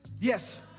Yes